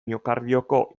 miokardioko